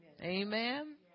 Amen